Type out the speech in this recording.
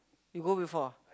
you go before